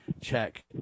check